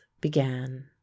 began